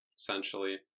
Essentially